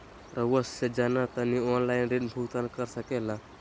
रहुआ से जाना तानी ऑनलाइन ऋण भुगतान कर सके ला?